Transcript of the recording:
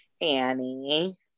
Annie